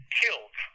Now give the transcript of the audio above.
killed